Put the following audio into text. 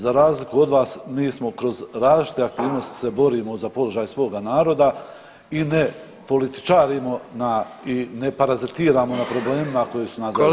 Za razliku od vas mi smo kroz različite aktivnosti se borimo za položaj svoga naroda i ne političarimo na i ne parazitiramo na problemima koji su nas zadesili.